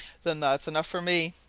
then that's enough for me!